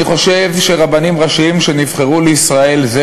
אני חושב שרבנים ראשיים לישראל שנבחרו